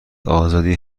آزادی